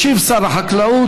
ישיב שר החקלאות,